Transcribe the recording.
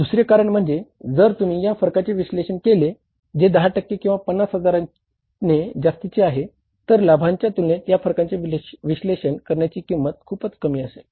दुसरे कारण म्हणजे जर तुम्ही या फरकांचे विश्लेषण केले जे 10 टक्के किंवा 50 हजारांने जास्तीचे आहे तर लाभांच्या तुलनेत या फरकांचे विश्लेषण करण्याची किंमत खूपच कमी असेल